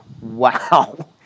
wow